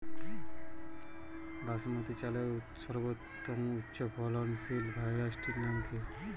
বাসমতী চালের সর্বোত্তম উচ্চ ফলনশীল ভ্যারাইটির নাম কি?